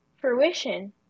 fruition